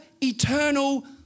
eternal